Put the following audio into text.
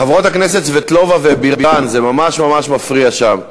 חברות הכנסת סבטלובה ובירן, זה ממש ממש מפריע שם.